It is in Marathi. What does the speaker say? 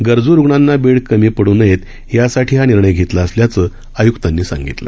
गरजू रुग्णांना बेड कमी पड् नये यासाठी हा निर्णय घेतला असल्याचं आयुक्तांनी सांगितलं